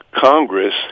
Congress